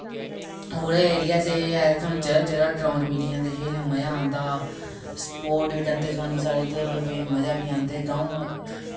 ओह्कड़े एरिया च एह् ऐ सानू जेह्ड़ा जेह्ड़ा ग्राउंड मिली जंदा खेलने गी मज़ा आंदा स्पोर्ट बी करदे सानू साढ़े उद्धर दे फ्ही मज़ा बी आंदा गांव